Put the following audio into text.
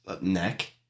neck